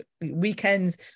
weekends